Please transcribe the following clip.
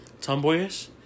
tomboyish